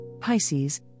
Pisces